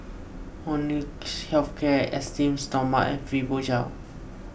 Molnylcke Health Care Esteem Stoma and Fibogel